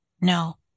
no